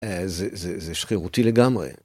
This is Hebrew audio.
זה שרירותי לגמרי.